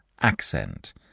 accent